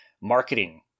Marketing